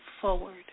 forward